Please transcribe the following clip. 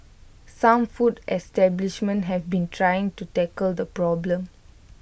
some food establishments have been trying to tackle the problem